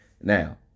Now